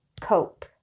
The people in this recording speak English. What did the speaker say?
cope